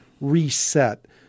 reset